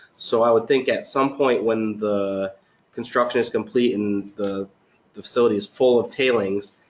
so i would think at some point when the construction is complete and the the facility is full of tailings,